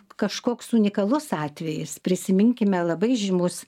kažkoks unikalus atvejis prisiminkime labai žymus